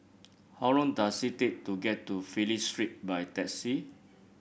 how long does it take to get to Phillip Street by taxi